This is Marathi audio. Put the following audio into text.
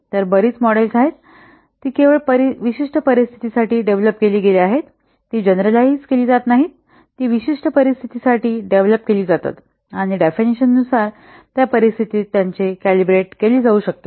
तर बरीच मॉडेल्स आहेत ती केवळ विशिष्ट परिस्थितींसाठी डेव्हलप केली गेली आहेत ती जनरलाईझ केली जात नाहीत ती विशिष्ट परिस्थितींसाठी डेव्हलप केली जातात आणि डेफिनेशन नुसार त्या परिस्थितीत त्यांचे कॅलिब्रेट केले जाऊ शकते